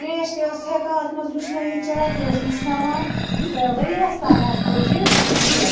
تریش تہِ ٲسۍ ہٮ۪کان اَتھ منٛز وٕشنٲیِتھ چاے تہِ وٕشناوان تہٕ ؤریس تانۍ حظ پٔچ یہِ ٹھیٖک